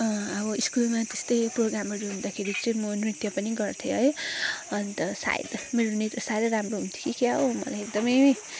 अब स्कुलमा त्यस्तै प्रोग्रामहरू हुँदाखेरि चाहिँ म नृत्य पनि गर्थेँ है अन्त सायद मेरो नृत्य साह्रै राम्रो हुन्थ्यो कि क्या हो मलाई एकदमै